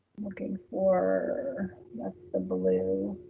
looking for, that's the blue.